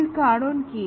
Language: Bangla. এর কারণ কি